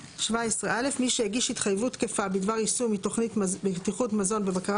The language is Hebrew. "(17א) מי שהגיש התחייבות תקפה בדבר יישום תכנית בטיחות מזון בבקרה